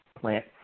plant